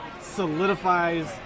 solidifies